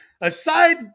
Aside